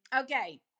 Okay